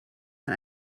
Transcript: man